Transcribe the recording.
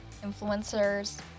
influencers